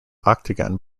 octagon